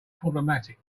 problematic